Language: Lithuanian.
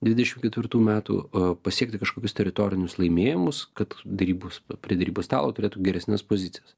dvidešimt ketvirtų metų pasiekti kažkokius teritorinius laimėjimus kad derybos prie derybų stalo turėtų geresnes pozicijas